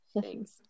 Thanks